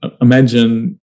imagine